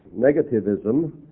negativism